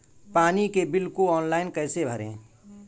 पानी के बिल को ऑनलाइन कैसे भरें?